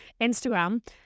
Instagram